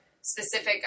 specific